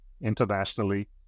internationally